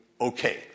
okay